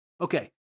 Okay